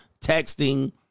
texting